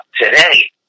today